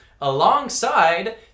alongside